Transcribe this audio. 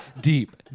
deep